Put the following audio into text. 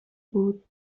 بود